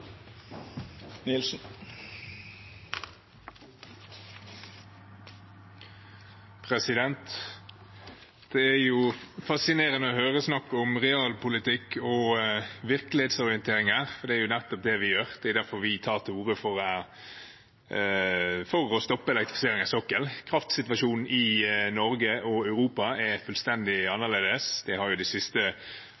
Det er fascinerende å høre snakk om realpolitikk og virkelighetsorientering her, for det er nettopp det dette er. Det er derfor vi tar til orde for å stoppe elektrifisering av sokkelen. Kraftsituasjonen i Norge og Europa er fullstendig